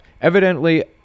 Evidently